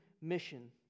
mission